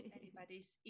anybody's